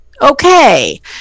okay